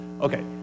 Okay